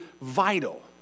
vital